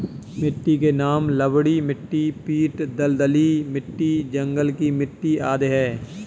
मिट्टी के नाम लवणीय मिट्टी, पीट दलदली मिट्टी, जंगल की मिट्टी आदि है